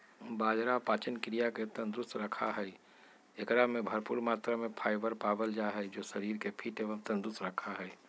बाजरा पाचन क्रिया के तंदुरुस्त रखा हई, एकरा में भरपूर मात्रा में फाइबर पावल जा हई जो शरीर के फिट एवं तंदुरुस्त रखा हई